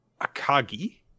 akagi